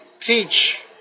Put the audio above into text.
teach